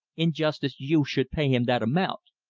in justice you should pay him that amount.